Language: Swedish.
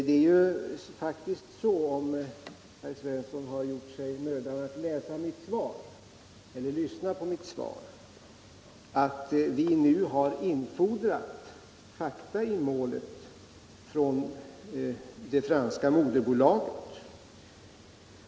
Vi har faktiskt nu, vilket herr Svensson hade märkt om han gjort sig mödan att lyssna på mitt svar, infordrat fakta i målet från det franska moderbolaget.